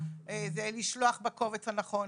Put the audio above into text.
לשלוח את הקובץ הנכון,